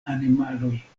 animaloj